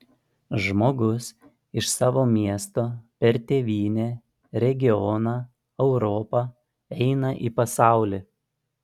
žmogus iš savo miesto per tėvynę regioną europą eina į pasaulį